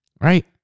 Right